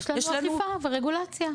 יש לנו אכיפה ורגולציה.